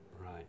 Right